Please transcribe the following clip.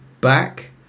back